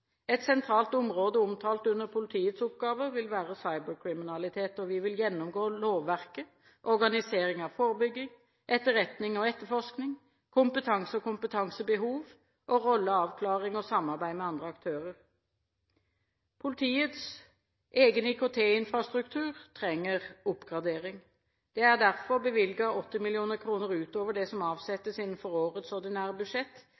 Et sentralt område omtalt under politiets oppgaver vil være cyberkriminalitet. Vi vil gjennomgå lovverket, organisering av forebygging, etterretning og etterforskning, kompetanse og kompetansebehov og rolleavklaring og samarbeid med andre aktører. Politiets egen IKT-infrastruktur trenger oppgradering. Det er derfor bevilget 80 mill. kr utover det som avsettes innenfor årets ordinære budsjett,